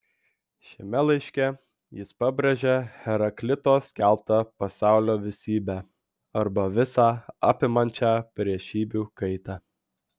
šiame laiške jis pabrėžia heraklito skelbtą pasaulio visybę arba visą apimančią priešybių kaitą